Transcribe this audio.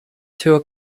tour